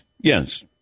Yes